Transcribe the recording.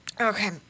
Okay